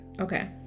okay